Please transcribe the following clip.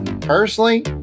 Personally